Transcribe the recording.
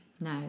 No